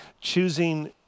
choosing